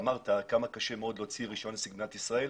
כמה קשה להוציא רישיון עסק במדינת ישראל.